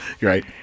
Right